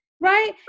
Right